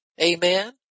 amen